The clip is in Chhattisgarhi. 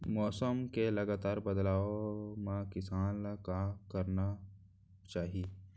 मौसम के लगातार बदलाव मा किसान ला का करना चाही?